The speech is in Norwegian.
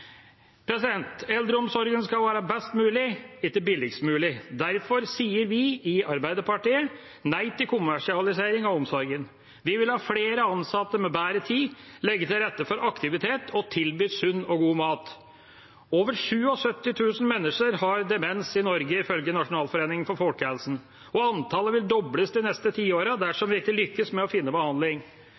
Eldreomsorgen skal være best mulig, ikke billigst mulig. Derfor sier vi i Arbeiderpartiet nei til kommersialisering av omsorgen. Vi vil ha flere ansatte med bedre tid, legge til rette for aktivitet og tilby sunn og god mat. Over 77 000 mennesker har demens i Norge, ifølge Nasjonalforeningen for folkehelsen. Antallet vil dobles de neste tiårene dersom vi ikke lykkes med å finne behandling.